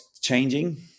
changing